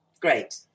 great